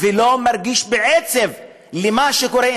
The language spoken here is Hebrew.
ולא מרגיש עצב על מה שקורה,